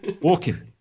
Walking